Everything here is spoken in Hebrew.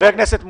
חבר הכנסת מולא,